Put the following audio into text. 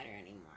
anymore